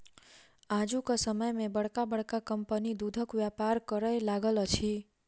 आजुक समय मे बड़का बड़का कम्पनी दूधक व्यापार करय लागल अछि